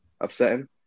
upsetting